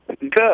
Good